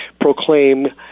proclaim